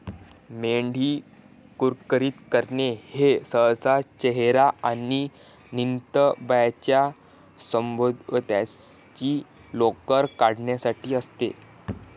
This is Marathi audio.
मेंढी कुरकुरीत करणे हे सहसा चेहरा आणि नितंबांच्या सभोवतालची लोकर काढण्यासाठी असते